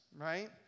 right